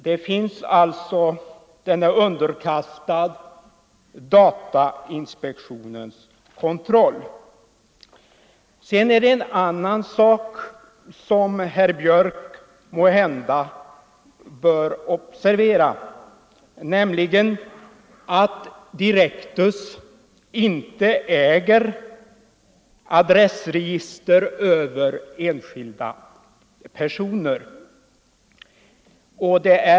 Det är alltså underkastat datainspektionens kontroll. Sedan är det en annan sak som herr Björck måhända bör observera, nämligen att Direktus inte äger adressregister över enskilda personer.